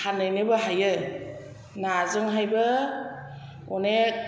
फानहैनोबो हायो नाजोंहायबो अनेख